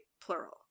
plural